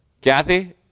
Kathy